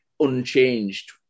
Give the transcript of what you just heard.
unchanged